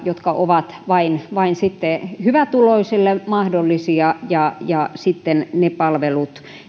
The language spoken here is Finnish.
jotka ovat vain vain sitten hyvätuloisille mahdollisia ja ja sitten ne palvelut